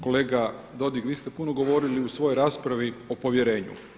Kolega Dodig, vi ste puno govorili u svojoj raspravi o povjerenju.